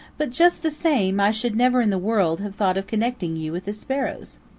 but just the same i should never in the world have thought of connecting you with the sparrows.